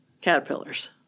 Caterpillars